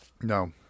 No